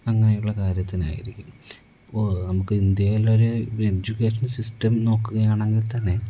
അങ്ങനെയുള്ള കാര്യത്തിനായിരിക്കും അപ്പോൾ നമുക്ക് ഇന്ത്യയിലൊരു എഡ്യൂക്കേഷൻ സിസ്റ്റം നോക്കുകയാണെങ്കിൽ തന്നെ